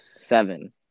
Seven